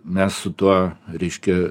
mes su tuo ryške